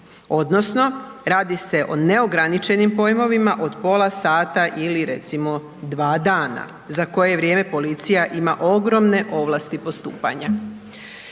odnosno radi se o neograničenim pojmovima od pola sata ili, recimo 2 dana, za koje vrijeme policija ima ogromne ovlasti postupanja.